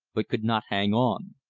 but could not hang on.